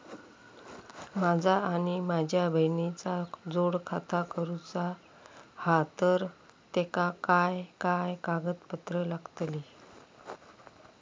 माझा आणि माझ्या बहिणीचा जोड खाता करूचा हा तर तेका काय काय कागदपत्र लागतली?